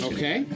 Okay